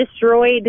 Destroyed